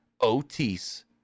Otis